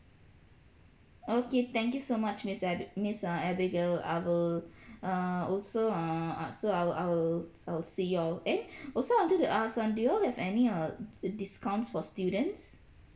okay thank you so much miss abi~ miss uh abigail I will err also err uh so I will I will I will see you all eh also wanted to ask one do you all have any err di~ discounts for students